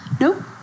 No